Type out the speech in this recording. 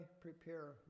prepare